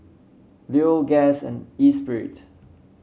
Leo Guess and Espirit